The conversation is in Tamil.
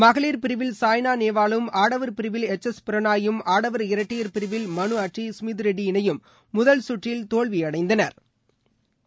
மகளிர் பிரிவில் சாய்னாநேவாலும் ஆடவர் பிரிவில் எச் எஸ் பிரனாயும் ஆடவர் இரட்டையர் பிரிவல் மனுஅட்ரி சுமித் ரெட்டி இணையும் முதல் சுற்றில் தோல்விஅடைந்தனா்